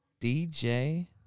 DJ